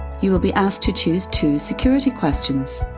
you will be asked to choose two security questions.